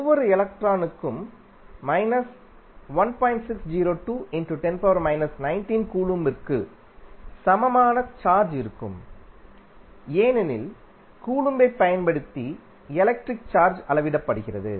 ஒவ்வொரு எலக்ட்ரானுக்கும்கூலொம்பிற்கு சமமான சார்ஜ் இருக்கும்ஏனெனில் கூலொம்பைப் பயன்படுத்தி எலக்ட்ரிக் சார்ஜ் அளவிடப்படுகிறது